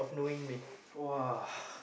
!wah!